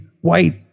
white